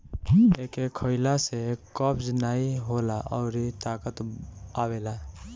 एके खइला से कब्ज नाइ होला अउरी ताकत आवेला